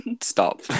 stop